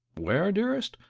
wear, dearest?